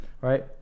right